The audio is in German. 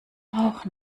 auch